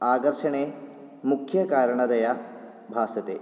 आकर्षणे मुख्यकारणतया भासते